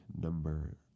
number